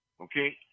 Okay